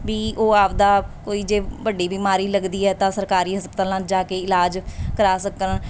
ਵੀ ਉਹ ਆਪਣਾ ਕੋਈ ਜੇ ਵੱਡੀ ਬਿਮਾਰੀ ਲੱਗਦੀ ਹੈ ਤਾਂ ਸਰਕਾਰੀ ਹਸਪਤਾਲਾਂ 'ਚ ਜਾ ਕੇ ਇਲਾਜ ਕਰਵਾ ਸਕਣ